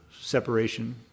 separation